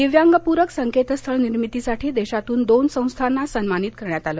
दिव्यांगपूरक संकेतस्थळ निर्मितीसाठी देशातून दोन संस्थांना सन्मानित करण्यात आले